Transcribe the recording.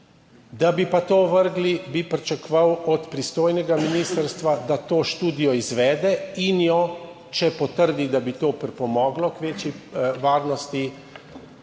da bi pa to ovrgli, bi pričakoval od pristojnega ministrstva, da izvede to študijo in da gre, če se potrdi, da bi to pripomoglo k večji varnosti,